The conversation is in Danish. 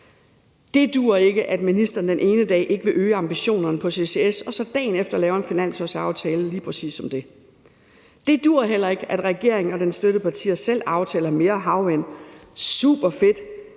Det duer ikke, at ministeren den ene dag ikke vil øge ambitionerne for CCS og så dagen efter laver en finanslovsaftale om lige præcis det. Det duer heller ikke, at regeringen og dens støttepartier selv aftaler mere havvind – superfedt,